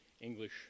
English